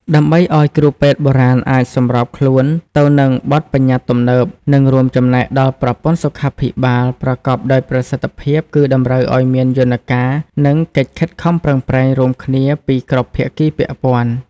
ដើម្បីឱ្យគ្រូពេទ្យបុរាណអាចសម្របខ្លួនទៅនឹងបទប្បញ្ញត្តិទំនើប និងរួមចំណែកដល់ប្រព័ន្ធសុខាភិបាលប្រកបដោយប្រសិទ្ធភាព គឺតម្រូវឱ្យមានយន្តការ និងកិច្ចខិតខំប្រឹងប្រែងរួមគ្នាពីគ្រប់ភាគីពាក់ព័ន្ធ។